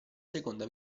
seconda